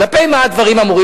כלפי מה הדברים אמורים?